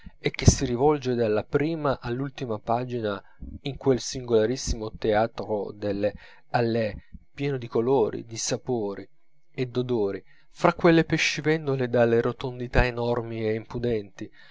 e che si svolge dalla prima all'ultima pagina in quel singolarissimo teatro delle halles pieno di colori di sapori e d'odori fra quelle pescivendole dalle rotondità enormi e impudenti